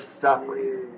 suffering